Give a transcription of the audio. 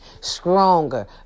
stronger